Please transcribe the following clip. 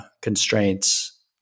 constraints